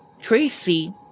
Tracy